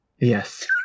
Yes